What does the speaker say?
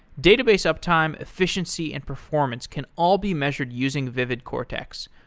database uptime, efficiency, and performance can all be measured using vividcortex.